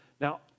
Now